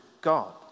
God